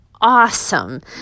awesome